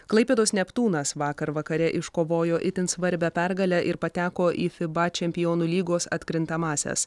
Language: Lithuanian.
klaipėdos neptūnas vakar vakare iškovojo itin svarbią pergalę ir pateko į fiba čempionų lygos atkrintamąsias